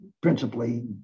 principally